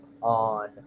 on